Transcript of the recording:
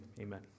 Amen